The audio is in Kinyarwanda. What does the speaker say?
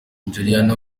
juliana